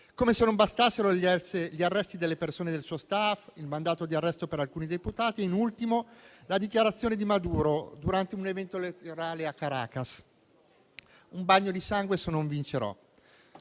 come se non bastassero gli arresti delle persone del suo *staff* e il mandato di arresto per alcuni deputati. In ultimo, le parole di Maduro durante un evento elettorale a Caracas: un bagno di sangue, se non vincerò,